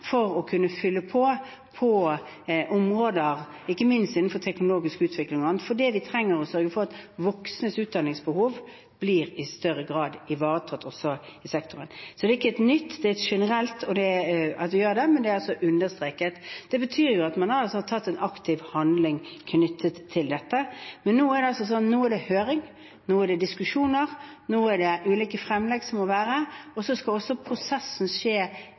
for å kunne fylle på på områder ikke minst innenfor teknologisk utvikling og annet. For det vi trenger, er å sørge for at voksnes utdanningsbehov i større grad blir ivaretatt også i sektoren. Det er ikke nytt – det er generelt – at vi gjør det, men det er altså understreket. Det betyr at man har hatt en aktiv handling knyttet til dette. Men nå er det høring, nå er det diskusjoner, nå er det ulike fremlegg, som det må være, og så skal også prosessen skje